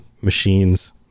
machines